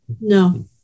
no